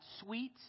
sweet